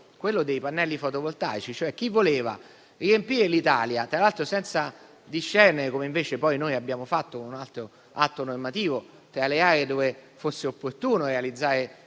quello dei pannelli fotovoltaici. C'è chi voleva riempirne l'Italia, tra l'altro senza discernere, come invece noi abbiamo fatto con un altro atto normativo, le aree dove fosse opportuno realizzare